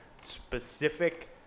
specific